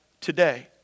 today